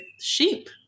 Sheep